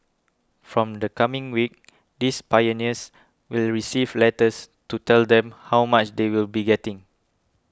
from the coming week these pioneers will receive letters to tell them how much they will be getting